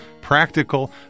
practical